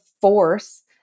force